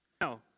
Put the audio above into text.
Now